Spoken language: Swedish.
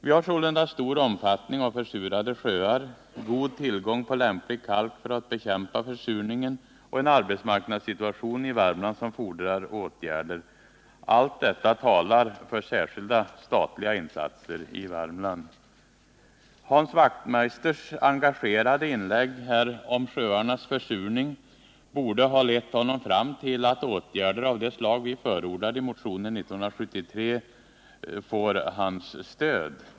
Vi har sålunda stor omfattning av försurade sjöar, god tillgång på lämplig kalk för att bekämpa försurningen och en arbetsmarknadssituation i Värmland som fordrar åtgärder. Allt detta talar för särskilda statliga insatser i Värmland. Hans Wachtmeisters engagerade inlägg om sjöarnas försurning borde ha lett honom fram till att åtgärder av det slag vi förordar i motionen 1973 bör få hans stöd.